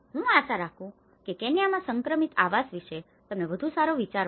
હું આશા રાખું છું કે કેન્યામાં સંક્રમિત આવાસ વિશે તમને વધુ સારો વિચાર મળ્યો